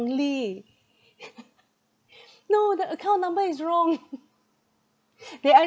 no the account number is wrong they ever